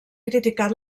criticat